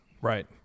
Right